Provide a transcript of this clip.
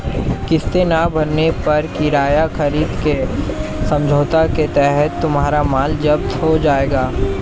किस्तें ना भरने पर किराया खरीद के समझौते के तहत तुम्हारा माल जप्त हो जाएगा